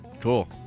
Cool